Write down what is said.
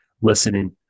listening